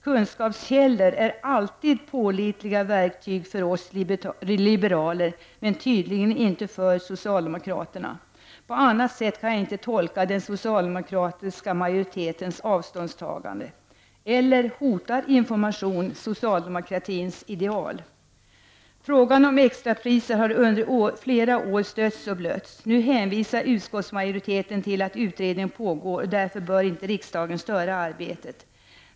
Kunskapskällor är alltid pålitliga verktyg för oss liberaler men tydligen inte för socialdemokraterna. På annat sätt kan jag inte tolka den socialdemokratiska majoritetens avståndstagande. Eller hotar information socialdemokratins ideal? Frågan om extrapriser har under flera år stötts och blötts. Nu hänvisar utskottsmajoriteten till att utredning pågår, och därför bör inte riksdagen störa arbetet.